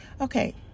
Okay